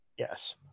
Yes